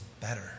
better